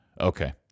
Okay